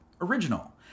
original